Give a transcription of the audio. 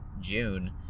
June